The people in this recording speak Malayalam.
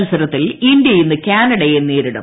മത്സരത്തിൽ ഇന്ത്യ ഇന്ന് കാനഡയെ നേരിടും